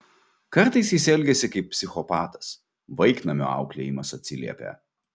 kartais jis elgiasi kaip psichopatas vaiknamio auklėjimas atsiliepia